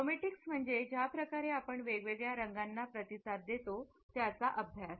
chromatics म्हणजे ज्याप्रकारे आपण वेगवेगळ्या रंगांना प्रतिसाद देतो त्याचा अभ्यास